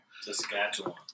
Saskatchewan